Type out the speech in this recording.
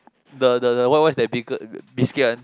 the the the what what is that beancurd biscuit one